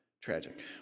Tragic